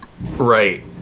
right